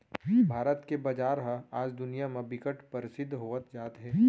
भारत के बजार ह आज दुनिया म बिकट परसिद्ध होवत जात हे